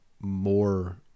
more